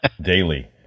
daily